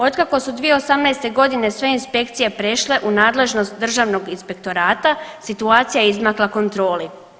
Otkako su 2018.g. sve inspekcije prešle u nadležnost državnog inspektorata situacija je izmakla kontroli.